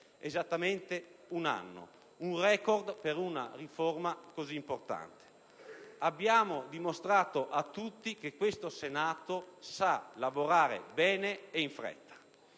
esattamente un anno, un record per una riforma così importante. Abbiamo dimostrato a tutti che questo Senato sa lavorare bene e in fretta.